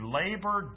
labor